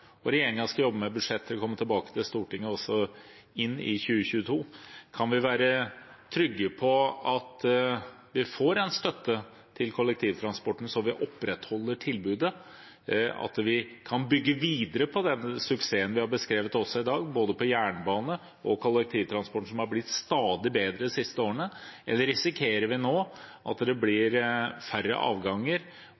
være trygge på at vi får den støtten til kollektivtransporten som gjør at vi opprettholder tilbudet, og at vi kan bygge videre på den suksessen vi har beskrevet i dag, både på jernbane og kollektivtransport, som har blitt stadig bedre de siste årene? Eller risikerer vi nå at det